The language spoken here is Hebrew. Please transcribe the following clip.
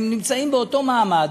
הם באותו מעמד,